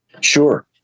Sure